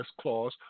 clause